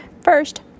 First